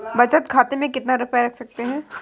बचत खाते में कितना रुपया रख सकते हैं?